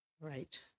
right